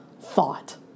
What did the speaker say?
thought